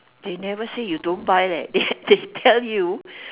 they never say you don't buy leh they they tell you